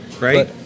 Right